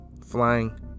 Flying